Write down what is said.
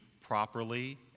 properly